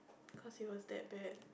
cause it was that bad